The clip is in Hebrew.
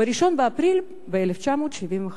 ב-1 באפריל, ב-1975.